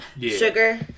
Sugar